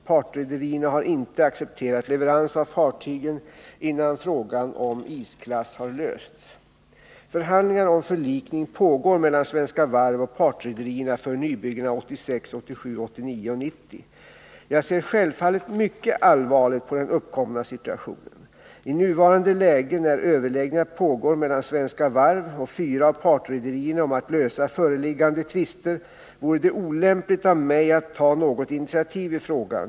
Partrederierna har inte accepterat leverans av fartygen innan frågan om isklass har lösts. Jag ser självfallet mycket allvarligt på den uppkomna situationen. I nuvarande läge, när överläggningar pågår mellan Svenska Varv och fyra av partrederierna om att lösa föreliggande tvister, vore det olämpligt av mig att ta något initiativ i frågan.